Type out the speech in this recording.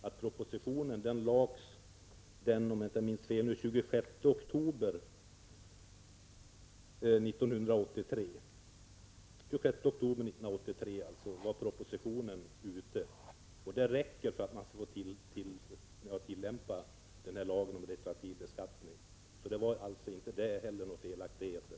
Om jag inte minns fel lades propositionen fram den 26 oktober 1983. Det räcker för att man skall få tillämpa lagen om retroaktiv beskattning. Inte heller på denna punkt var det alltså fråga om några felaktigheter.